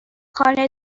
خانه